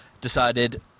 decided